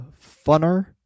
funner